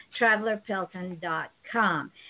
TravelerPelton.com